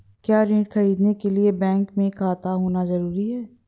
क्या ऋण ख़रीदने के लिए बैंक में खाता होना जरूरी है?